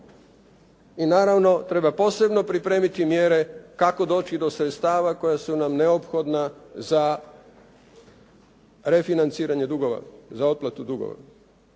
I naravno treba posebno pripremiti mjere kako doći do sredstava koja su nam neophodna za refinanciranje dugova, za otplatu dugova,